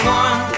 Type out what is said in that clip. one